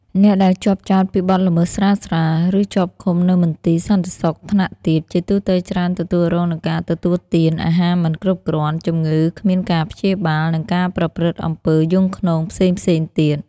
អ្នកដែលជាប់ចោទពីបទល្មើសស្រាលៗ ឬជាប់ឃុំនៅមន្ទីរសន្តិសុខថ្នាក់ទាប ជាទូទៅច្រើនទទួលរងនូវការទទួលទាន អាហារមិនគ្រប់គ្រាន់ ជំងឺគ្មានការព្យាបាល និងការប្រព្រឹត្តអំពើយង់ឃ្នងផ្សេងៗ ទៀត ។